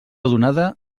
donada